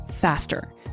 faster